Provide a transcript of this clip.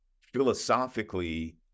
philosophically